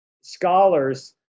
scholars